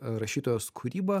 rašytojos kūryba